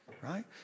Right